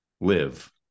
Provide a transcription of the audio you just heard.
live